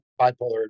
bipolar